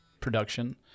production